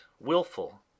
willful